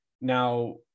Now